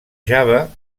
java